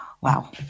Wow